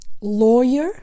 lawyer